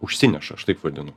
užsineša aš taip vadinu